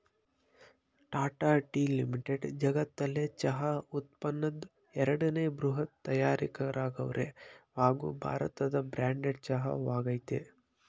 Tata Tea Limited ಜಗತ್ನಲ್ಲೆ ಚಹಾ ಉತ್ಪನ್ನದ್ ಎರಡನೇ ಬೃಹತ್ ತಯಾರಕರಾಗವ್ರೆ ಹಾಗೂ ಭಾರತದ ಬ್ರ್ಯಾಂಡೆಡ್ ಚಹಾ ವಾಗಯ್ತೆ